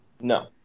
No